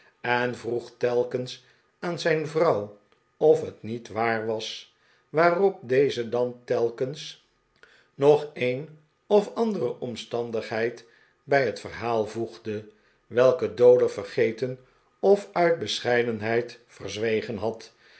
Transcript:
en vroeg telkens aan zijn vrouw of het niet waar was waarop deze dan telkens nog een of andere omstandigheid bij het verhaal voegde welke dowler vergeten of uit bescheidenheid verzwegen had